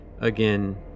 again